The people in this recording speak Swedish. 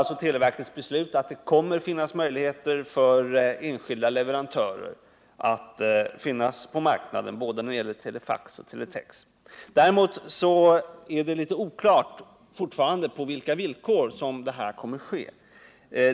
Televerkets beslut innebär att det kommer att finnas möjligheter för enskilda leverantörer att vara kvar på marknaden både när det gäller telefax och när det gäller teletex. Däremot är det fortfarande litet oklart på vilka villkor detta kommer att ske.